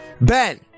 Ben